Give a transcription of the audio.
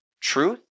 truth